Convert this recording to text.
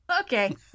Okay